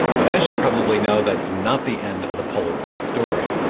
but as you probably know, that's not the end of the polaroid story.